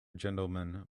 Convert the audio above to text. gentlemen